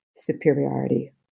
superiority